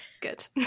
Good